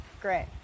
Great